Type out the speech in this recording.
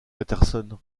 patterson